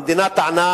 המדינה טענה